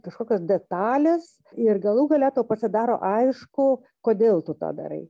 kažkokios detalės ir galų gale pasidaro aišku kodėl tu tą darai